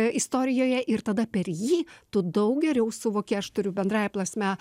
istorijoje ir tada per jį tu daug geriau suvoki aš turiu bendrąja prasme